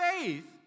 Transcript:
faith